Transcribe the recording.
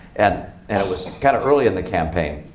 and and it was kind of early in the campaign.